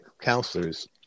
counselors